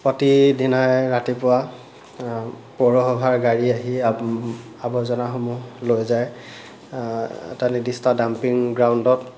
প্ৰতিদিনাই ৰাতিপুৱা পৌৰসভাৰ গাড়ী আহি আৱৰ্জনাসমূহ লৈ যায় এটা নিৰ্দিষ্ট ডাম্পিং গ্ৰাউণ্ডত